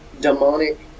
demonic